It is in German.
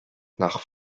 nach